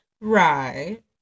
right